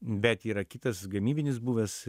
bet yra kitas gamybinis buvęs